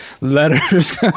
letters